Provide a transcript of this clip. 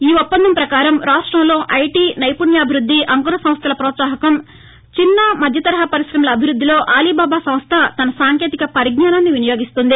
ఈ ఒప్పందం పకారం రాష్టంలో ఐటీ నైపుణ్యాభివృద్ధి అంకుర సంస్థల పోత్సాహం చిన్న మధ్య తరహా పరిశమల అభివృద్ధిలో అలీబాబా సంస్థ తన సాంకేతిక పరిజ్ఞానాన్ని వినియోగిస్తుంది